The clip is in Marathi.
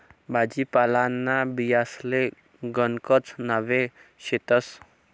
भाजीपालांना बियांसले गणकच नावे शेतस